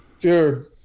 Dude